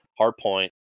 Hardpoint